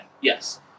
Yes